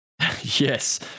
Yes